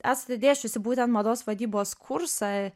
esate dėsčiusi būtent mados vadybos kursą